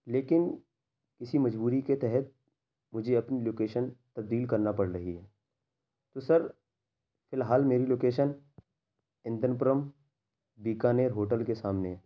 لیکن کسی مجبوری کے تحت مجھے اپنی لوکیشن تبدیل کرنا پڑ رہی ہے تو سر فی الحال میری لوکیشن اندرپورم بیکانیر ہوٹل کے سامنے ہے